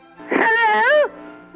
Hello